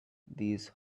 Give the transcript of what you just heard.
these